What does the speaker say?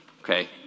okay